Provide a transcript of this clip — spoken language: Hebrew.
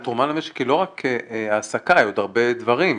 התרומה למשק היא לא רק העסקה, היא עוד הרבה דברים.